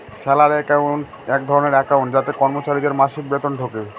salary account এক ধরনের account যাতে কর্মচারীদের মাসিক বেতন ঢোকে